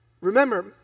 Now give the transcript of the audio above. Remember